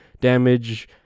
damage